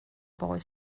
boy